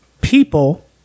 people